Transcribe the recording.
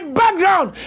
background